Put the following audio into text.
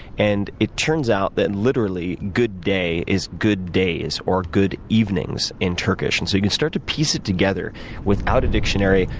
and it turns out that literally good day is good days or good evenings in turkish. and so you can start to piece it together without a dictionary,